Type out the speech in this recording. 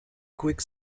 quick